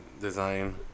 design